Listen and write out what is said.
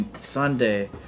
Sunday